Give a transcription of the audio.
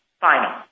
final